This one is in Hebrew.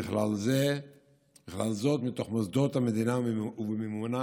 ובכלל זאת מתוך מוסדות המדינה ובמימונה,